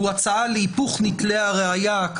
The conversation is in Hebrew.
הוא הצעה להיפוך נטלי הראייה.